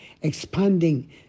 expanding